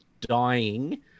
dying